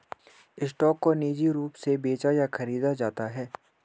stock को निजी रूप से बेचा या खरीदा जाता है